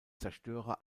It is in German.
zerstörer